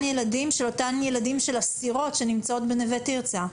הילדים של ילדים של אסירות שנמצאות בנווה תרצה.